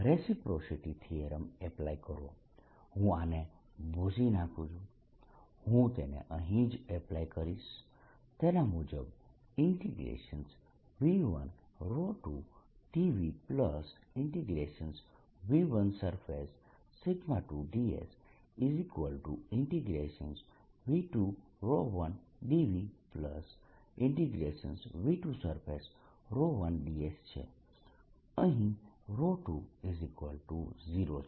reciprocity theorem apply કરો હું આને ભૂંસી નાખું હું તેને અહીં જ એપ્લાય કરીશ તેના મુજબ V12dvV1s 2dsV21dvV2s1ds છે અહીં 20 છે